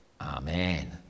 Amen